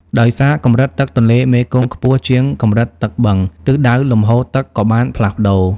ដោយសារកម្រិតទឹកទន្លេមេគង្គខ្ពស់ជាងកម្រិតទឹកបឹង ទិសដៅលំហូរទឹកក៏បានផ្លាស់ប្តូរ។